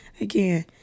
Again